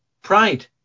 Pride